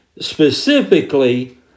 specifically